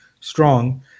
strong